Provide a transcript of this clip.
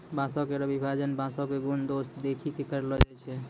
बांसों केरो विभाजन बांसों क गुन दोस देखि कॅ करलो जाय छै